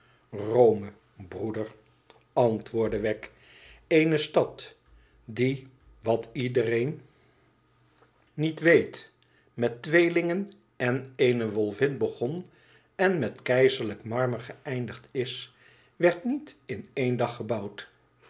rome broeder antwoordde wegg teene stad die wat iedereen niet weet met tweelingen en eene wolvin begon en met keizerlijk marmer geëindigd is werd niet in één dag gebouwd